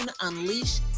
unleash